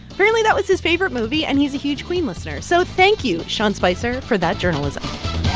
really, that was his favorite movie, and he's a huge queen listener. so thank you, sean spicer, for that journalism